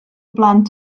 blant